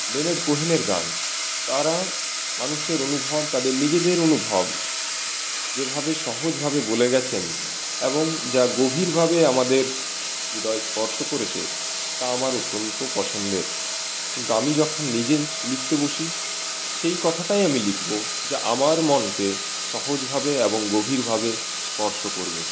Leonard কোহেনের গান তারা মানুষের অনুভব তাদের নিজেদের অনুভব যেভাবে সহজভাবে বলে গেছেন এবং যা গভীরভাবে আমাদের হৃদয় স্পর্শ করেছে তা আমার অত্যন্ত পছন্দের কিন্তু আমি যখন নিজের লিখতে বসি সেই কথাটাই আমি লিখবো যা আমার মনকে সহজভাবে এবং গভীরভাবে স্পর্শ করবে